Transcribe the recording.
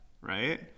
right